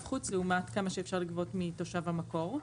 חוץ לעומת כמה שאפשר לגבות מתושב המקור,